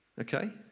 Okay